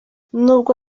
nubwo